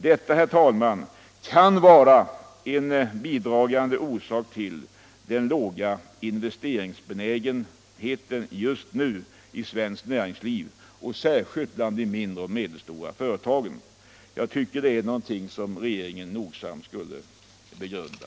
Detta kan vara en bidragande orsak till den låga investeringsbenägenheten just nu inom svenskt näringsliv, särskilt bland de mindre och medelstora företagen. Det är någonting som regeringen nogsamt borde begrunda.